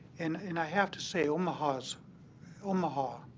and and i have to say, omaha is omaha,